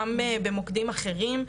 גם במוקדים אחרים.